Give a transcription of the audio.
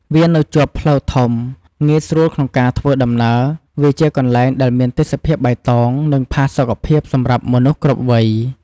វានៅជាប់ផ្លូវធំ ងាយស្រួលក្នុងការធ្វើដំណើរ វាជាកន្លែងដែលមានទេសភាពបៃតង និងផាសុខភាពសម្រាប់មនុស្សគ្រប់វ័យ។